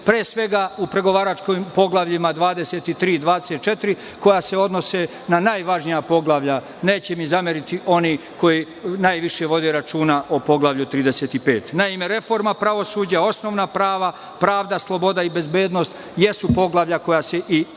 pre svega u pregovaračkom poglavljima 23. i 24, koja se odnose na najvažnija poglavlja. Neće mi zameriti oni koji najviše vode računa o poglavlju 35.Naime, reforma pravosuđa, osnovna prava, prava sloboda i bezbednost jesu poglavlja koja se poslednja